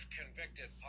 convicted